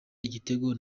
igitego